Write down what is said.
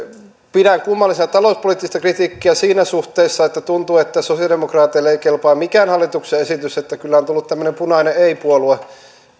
pidän kummallisena talouspoliittista kritiikkiä siinä suhteessa että tuntuu että sosialidemokraateille ei kelpaa mikään hallituksen esitys kyllä on tullut tämmöinen punainen ei puolue